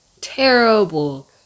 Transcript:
terrible